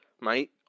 mate